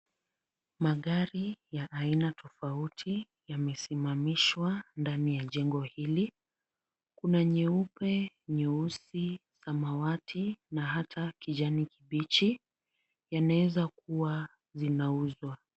Magari ya aina tofauti yamesimamishwa ndani ya jengo hili. Kuna nyeupe, nyeusi, samawati na ata kijani kibichi. Yanaweza kuwa zinauzwa.